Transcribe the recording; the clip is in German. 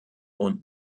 und